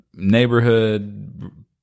neighborhood